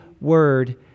Word